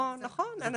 נכון, יש מוקד.